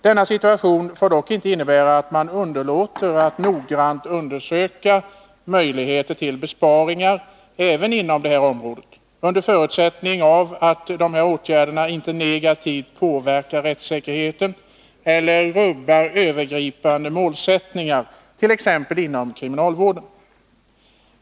Denna situation får dock inte innebära att man underlåter att noggrant undersöka möjligheter till besparingar även inom detta område, under förutsättning att åtgärderna inte negativt påverkar rättssäkerheten eller rubbar övergripande målsättningar, t.ex. när det gäller kriminalvården.